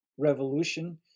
revolution